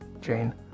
Jane